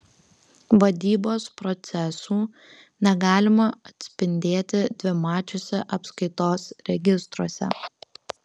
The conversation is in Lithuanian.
vadybos procesų negalima atspindėti dvimačiuose apskaitos registruose